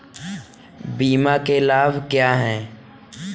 बीमा के लाभ क्या हैं?